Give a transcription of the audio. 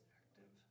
active